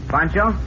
Pancho